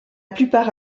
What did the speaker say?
plupart